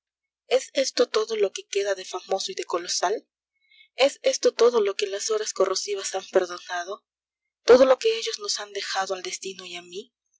es esto todo lo que queda de famoso y de colosal es esto todo lo que las horas corrosivas han perdonado todo lo que ellos nos han dejado al destino y a mi